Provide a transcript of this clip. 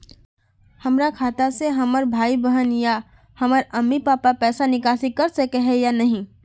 हमरा खाता से हमर भाई बहन या हमर मम्मी पापा पैसा निकासी कर सके है या नहीं?